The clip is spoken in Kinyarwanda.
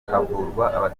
havurwa